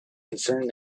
concerned